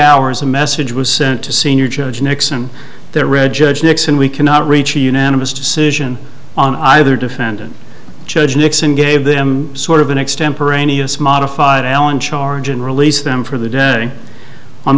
hours a message was sent to senior judge nixon there read judge nixon we cannot reach a unanimous decision on either defendant judge nixon gave them sort of an extemporaneous modified allen charge and released them for the day on